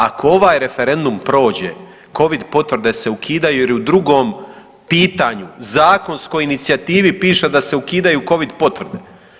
Ako ovaj referendum prođe, Covid potvrde se ukidaju jer je u 2. pitanju zakonskoj inicijativi piše da se ukidaju Covid potvrde.